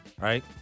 right